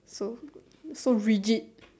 so good so rigid